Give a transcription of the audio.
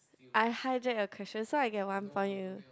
I hijack your question so I get one point